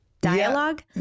dialogue